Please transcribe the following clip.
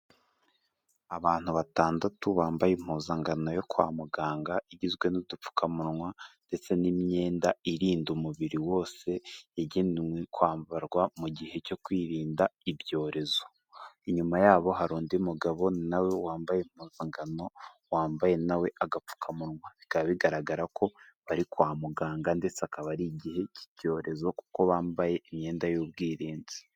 Abantu batandatu bambaye impuzankan yo kwa muganga igizwe n'udupfukamunwa ndetse n'imyenda irinda umubiri wose yagenewe kwambarwa mu gihe cyo kwirinda ibyorezo, inyuma yabo hari undi mugabo nawe wambaye impuzangano wambaye nawe agapfukamunwa bikaba bigaragara ko bari kwa muganga ndetse akaba ari igihe cy'ibyorezo kuko bambaye imyenda y'ubwirinzi.